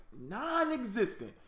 non-existent